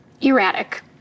Erratic